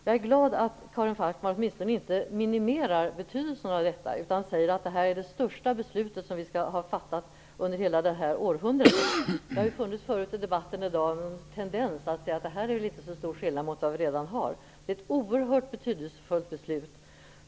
Jag är glad över att Karin Falkmer åtminstone inte minimerar betydelsen av detta utan säger att detta är det största beslutet som fattas under detta århundrade. Det har tidigare i debatten i dag funnits en tendens att säga att detta inte innebär en så stor skillnad mot vad vi redan har. Det är ett oerhört betydelsefullt beslut.